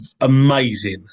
amazing